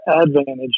advantage